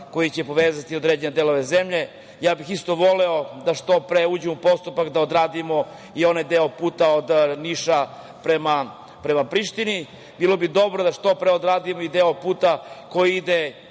koji će povezati određene delove zemlje. Voleo bih da što pre uđemo u postupak, da odradimo i onaj deo puta od Niša prema Prištini. Bilo bi dobro da što pre odradimo i deo magistralnog